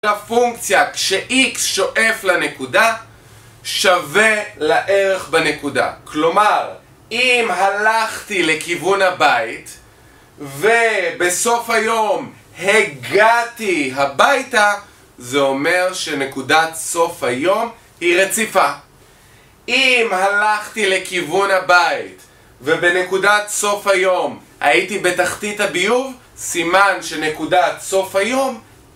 הפונקציה כש-x שואף לנקודה שווה לערך בנקודה. כלומר, אם הלכתי לכיוון הבית ובסוף היום הגעתי הביתה, זה אומר שנקודת סוף היום היא רציפה. אם הלכתי לכיוון הבית, ובנקודת סוף היום הייתי בתחתית הביוב, סימן שנקודת סוף היום